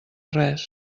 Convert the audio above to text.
res